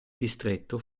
distretto